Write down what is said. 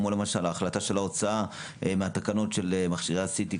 כמו למשל ההחלטה של ההוצאה מהתקנות של מכשירי ה-CT,